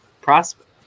prospect